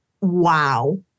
Wow